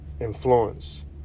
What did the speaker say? influence